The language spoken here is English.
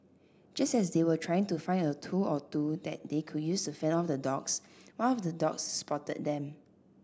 just as they were trying to find a tool or two that they could use to fend off the dogs one of the dogs spotted them